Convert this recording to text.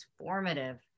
transformative